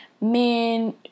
men